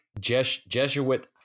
Jesuit